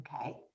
Okay